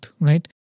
right